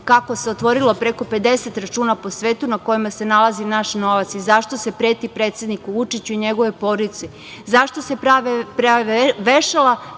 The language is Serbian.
kako se otvorilo preko 50 računa po svetu na kojima se nalazi naš novac i zašto se preti predsedniku Vučiću i njegovoj porodici, zašto se prave vešala,